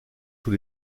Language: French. sous